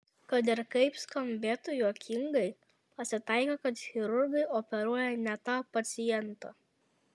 kad ir kaip skambėtų juokingai pasitaiko kad chirurgai operuoja ne tą pacientą